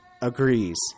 agrees